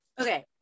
Okay